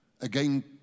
again